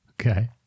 Okay